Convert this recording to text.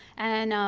and